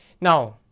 now